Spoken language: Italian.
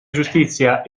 giustizia